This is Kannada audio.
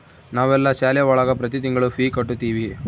ನಾವೆಲ್ಲ ಶಾಲೆ ಒಳಗ ಪ್ರತಿ ತಿಂಗಳು ಫೀ ಕಟ್ಟುತಿವಿ